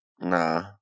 Nah